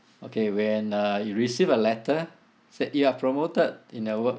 okay when uh you receive a letter said you are promoted in your work